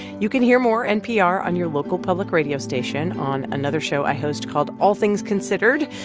you can hear more npr on your local public radio station on another show i host called all things considered.